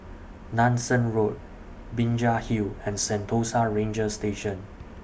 Nanson Road Binjai Hill and Sentosa Ranger Station